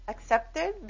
Accepted